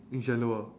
in general